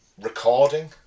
recording